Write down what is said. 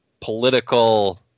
political